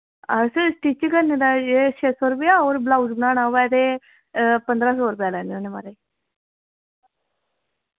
अस स्टिच करने दा छे सौ रपेआ होर बलाऊज़ बनाना होऐ ते पंदरां सौ रपेआ लैन्ने होन्ने म्हाराज